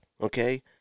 okay